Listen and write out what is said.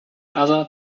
other